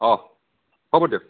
অঁ হ'ব দিয়ক